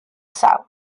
south